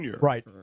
Right